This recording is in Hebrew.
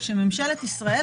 שממשלת ישראל,